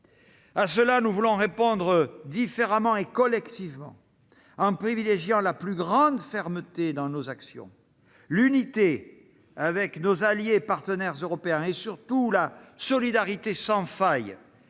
À cela, nous voulons répondre différemment et collectivement, en privilégiant la plus grande fermeté dans nos actions, l'unité avec nos alliés et nos partenaires européens et surtout la solidarité sans faille